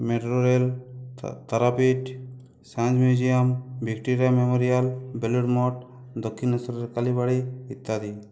metro rail তা Tarapith science museum Victoria Memorial Belur Math দক্ষিণেশ্বরের কালীবাড়ি ইত্যাদি